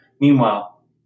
Meanwhile